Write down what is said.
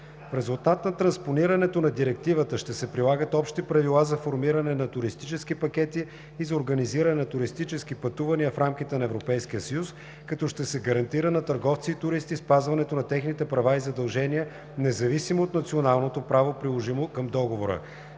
В резултат на транспонирането на Директивата ще се прилагат общи правила за формиране на туристически пакети и за организиране на туристически пътувания в рамките на Европейския съюз, като ще се гарантира на търговци и туристи спазването на техните права и задължения независимо от националното право, приложимо към договора.